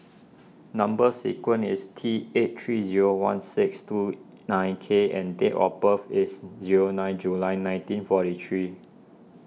Number Sequence is T eight three zero one six two nine K and date of birth is zero nine July nineteen forty three